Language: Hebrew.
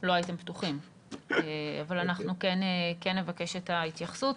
לא הייתם פתוחים, אבל אנחנו כן נבקש את ההתייחסות.